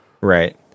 Right